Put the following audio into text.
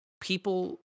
people